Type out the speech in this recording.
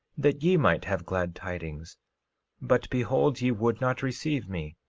that ye might have glad tidings but behold ye would not receive me.